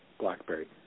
BlackBerry